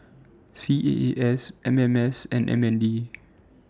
C A A S M M S and M N D